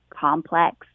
complex